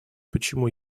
почему